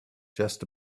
just